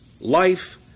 life